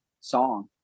song